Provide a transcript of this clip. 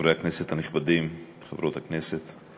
חברי הכנסת הנכבדים, חברות הכנסת,